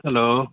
hello